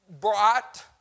brought